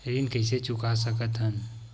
ऋण कइसे चुका सकत हन?